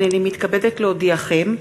הנני מתכבדת להודיעכם,